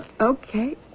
Okay